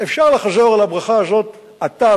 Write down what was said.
אפשר לחזור על הברכה הזאת עתה,